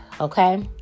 okay